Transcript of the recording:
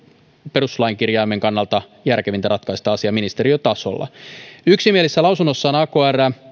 perustuslain kirjaimen kannalta järkevintä ratkaista asia ministeriötasolla yksimielisessä lausunnossaan akr